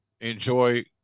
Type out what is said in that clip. enjoy